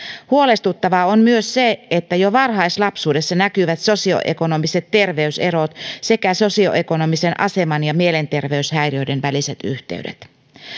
huolestuttavaa on myös se että jo varhaislapsuudessa näkyvät sosioekonomiset terveyserot sekä sosioekonomisen aseman ja mielenterveyshäiriöiden väliset yhteydet